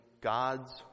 God's